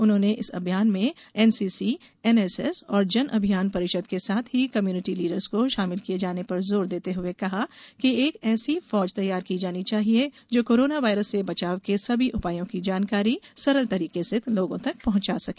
उन्होंने इस अभियान में एनसीसी एनएसएस और जन अभियान परिषद के साथ ही कम्युनिटी लीडर्स को शामिल किये जाने पर जोर देते हुए कहा कि एक ऐसी फौज तैयार की जानी चाहिए जो कोरोना वायरस से बचाव के सभी उपायों की जानकारी सरल तरीके से लोगों तक पहुॅचा सके